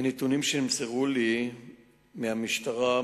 מנתונים שנמסרו לי מהמשטרה,